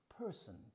person